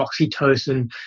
oxytocin